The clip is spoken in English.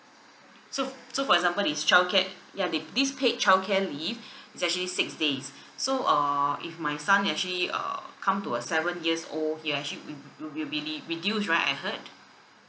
so f~ so for example this childcare ya they this paid childcare leave is actually six days so err if my son actually uh come to a seven years old it'll actually will will be will be re~ reduced right I heard